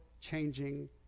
changing